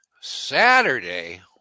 Saturday